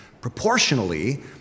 proportionally